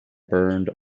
burned